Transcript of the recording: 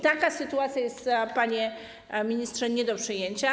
Taka sytuacja jest, panie ministrze, nie do przyjęcia.